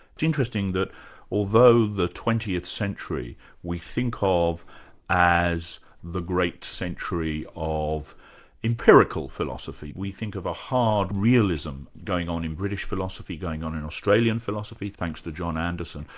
it's interesting that although the twentieth century we think ah of as the great century of empirical philosophy, we think of a hard realism going on in british philosophy, going on in australian philosophy, thanks to john anderson,